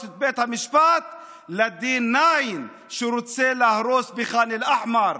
את בית המשפט ל-D9 שרוצה להרוס בח'אן אל-אחמר,